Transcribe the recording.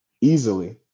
easily